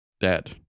dead